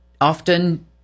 Often